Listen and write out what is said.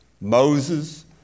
Moses